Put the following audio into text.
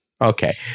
Okay